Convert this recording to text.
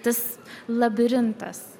tas labirintas